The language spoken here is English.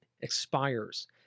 expires